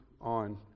on